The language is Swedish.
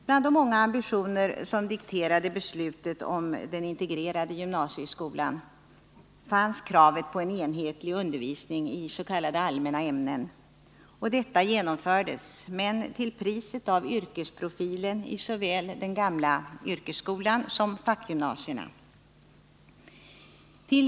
Bland de många ambitioner som dikterade beslutet om den integrerade gymnasieskolan fanns kravet på en enhetlig undervisning i s.k. allmänna ämnen. Och detta genomfördes, men till priset av yrkesprofilen såväl i den gamla yrkesskolan som i fackgymnasierna.